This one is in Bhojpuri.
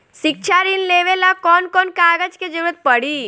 शिक्षा ऋण लेवेला कौन कौन कागज के जरुरत पड़ी?